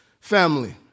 family